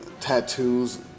tattoos